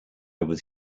was